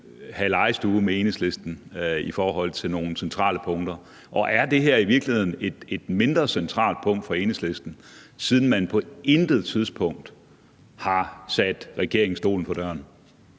holde legestue med Enhedslisten i forhold til nogle centrale punkter? Og er det her i virkeligheden et mindre centralt punkt for Enhedslisten, siden man på intet tidspunkt har sat regeringen stolen for døren?